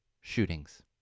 shootings